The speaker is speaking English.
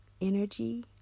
energy